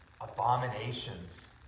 abominations